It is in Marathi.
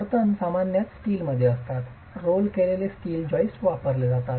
समर्थन सामान्यत स्टीलमध्ये असतात रोल केलेले स्टील जॉइस्ट वापरले जातात